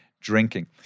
drinking